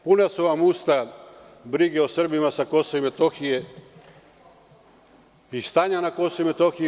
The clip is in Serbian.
Puna su vam usta brige o Srbima sa Kosova i Metohije i stanja na Kosovu i Metohiji.